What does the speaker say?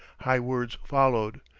high words followed,